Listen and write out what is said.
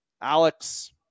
Alex